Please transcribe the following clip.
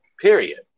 period